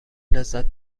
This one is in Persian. لذت